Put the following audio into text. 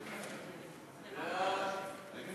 ההצעה להעביר את